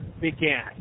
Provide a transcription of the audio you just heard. began